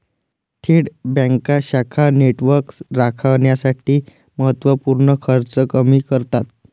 थेट बँका शाखा नेटवर्क राखण्यासाठी महत्त्व पूर्ण खर्च कमी करतात